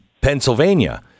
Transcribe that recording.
Pennsylvania